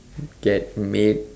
get made